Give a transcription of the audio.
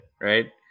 right